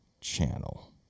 channel